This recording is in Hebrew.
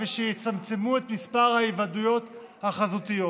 ושיצמצמו את מספר ההיוועדויות החזותיות.